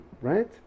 right